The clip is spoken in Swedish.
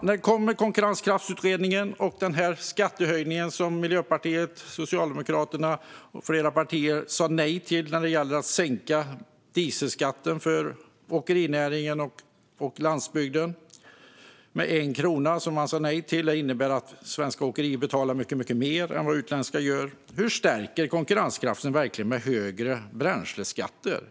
När kommer en konkurrenskraftsutredning, och när blir det en skattehöjning? Miljöpartiet, Socialdemokraterna och flera andra partier sa nej till att sänka dieselskatten för åkerinäringen och landsbygden med 1 krona. Det innebär att svenska åkerier betalar mycket mer än utländska åkerier. Hur stärks konkurrenskraften med högre bränsleskatter?